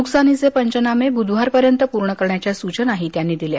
नुकसानीचे पंचनामे बुधवारपर्यंत पूर्ण करण्याच्या सूचनाही त्यांनी दिल्या